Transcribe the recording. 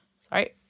Sorry